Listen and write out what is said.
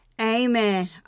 Amen